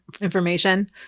information